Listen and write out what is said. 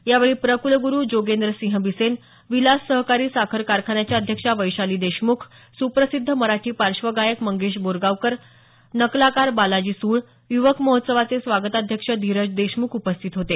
यावेळी प्र क्लग्रु जोगेंद्रसिंह बिसेन विलास सहकारी साखर कारखान्याच्या अध्यक्षा वैशाली देशमुख सुप्रसिद्ध मराठी पार्श्वगायक मंगेश बोरगावकर नकलाकार बालाजी सूळ य्वक महोत्सवाचे स्वागताध्यक्ष धीरज देशम्ख उपस्थित होते